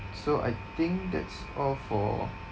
so I think that's all for